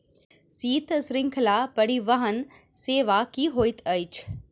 शीत श्रृंखला परिवहन सेवा की होइत अछि?